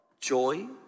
joy